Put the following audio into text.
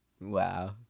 Wow